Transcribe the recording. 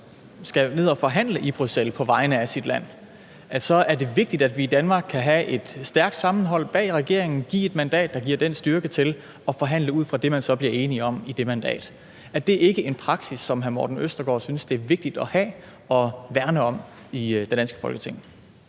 skal ned at forhandle i Bruxelles på vegne af sit land, er det vigtigt, at vi i Danmark kan have et stærkt sammenhold bag regeringen og give et mandat, der giver den styrke til at forhandle ud fra det, man så bliver enige om i det mandat. Er det ikke en praksis, som hr. Morten Østergaard synes det er vigtigt at have og værne om i det danske Folketing?